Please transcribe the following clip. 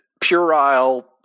puerile